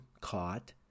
caught